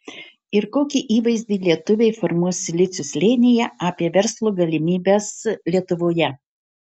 ir kokį įvaizdį lietuviai formuos silicio slėnyje apie verslo galimybes lietuvoje